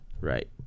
Right